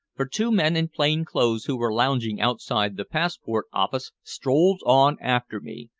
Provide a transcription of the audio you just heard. for two men in plain clothes who were lounging outside the passport-office strolled on after me,